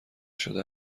شده